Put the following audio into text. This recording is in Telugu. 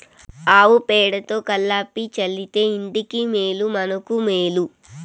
ఆవు పేడతో కళ్లాపి చల్లితే ఇంటికి మేలు మనకు మేలు